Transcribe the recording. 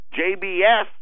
JBS